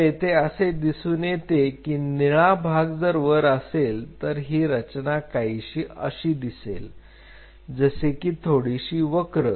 तर येथे असे दिसून येते की निळा भाग जर वर असेल तर ती रचना काहीशी अशी दिसेल जसे की थोडीशी वक्र